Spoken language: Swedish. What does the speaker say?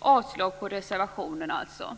Jag yrkar avslag på reservationen.